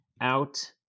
out